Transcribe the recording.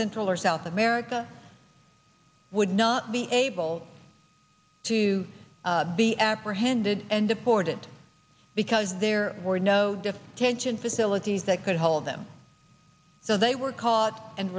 central or south america would not be able to be apprehended and deported because there were no tention facilities that could hold them so they were caught and